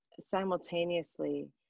simultaneously